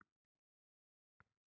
कर्ज काढूसाठी कोणाक जामीन ठेवू शकतव?